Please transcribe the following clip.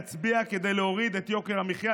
להצביע כדי להוריד את יוקר המחיה.